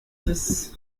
dix